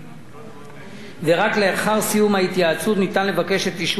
ורק לאחר סיום ההתייעצות ניתן לבקש את אישור המליאה בתוך שבועיים.